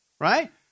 right